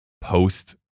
post